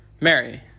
Mary